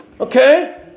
Okay